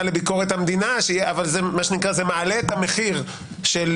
לביקורת המדינה שיהיה אבל זה מעלה את המחיר של